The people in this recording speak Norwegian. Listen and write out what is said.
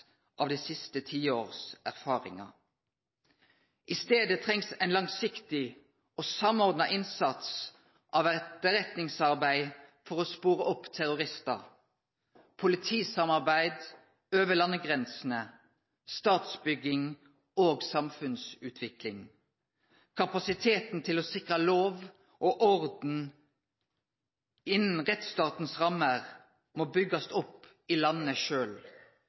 av dei siste tiårs erfaringar. I staden trengst ein langsiktig og samordna innsats av etterretningsarbeid for å spore opp terroristar, ein treng politisamarbeid over landegrensene, statsbygging og samfunnsutvikling. Kapasiteten til å sikre lov og orden innan rettsstatens rammer må byggjast opp i